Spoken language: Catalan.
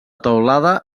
teulada